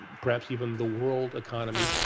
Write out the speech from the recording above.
perhaps even the world economy.